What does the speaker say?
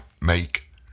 make